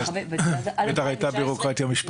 זאת הייתה בירוקרטיה משפטית.